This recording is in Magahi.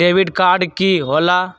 डेबिट काड की होला?